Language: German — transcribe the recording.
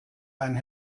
ein